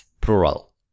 plural